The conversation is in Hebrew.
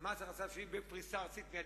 מס הכנסה שלילי בפריסה ארצית מיידית,